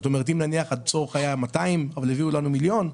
אם נניח הצורך היה 200 אבל נתנו לנו מיליון,